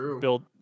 build